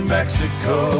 Mexico